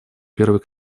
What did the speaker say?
первый